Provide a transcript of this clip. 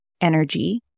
energy